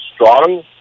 strong